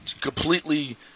completely –